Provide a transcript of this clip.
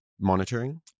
monitoring